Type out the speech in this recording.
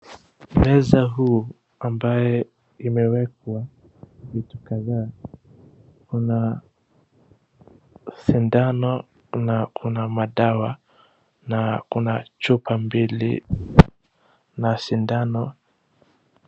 Meza huu ambaye imewekwa vitu kadhaa, kuna sindano na kuna madawa na kuna chupa mbili na sindano.